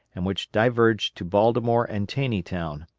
and which diverged to baltimore and taneytown,